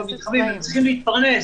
צריכים להתפרנס.